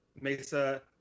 Mesa